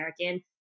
American